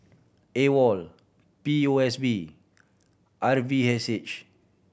AWOL P O S B R V S H